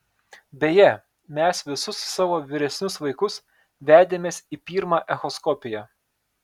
beje mes visus savo vyresnius vaikus vedėmės į pirmą echoskopiją